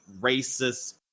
racist